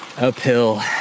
Uphill